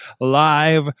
live